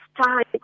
time